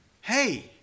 Hey